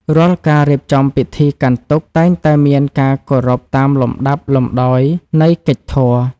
រាល់ការរៀបចំពិធីកាន់ទុក្ខ តែងតែមានការគោរពតាមលំដាប់លំដោយនៃកិច្ចធម៌។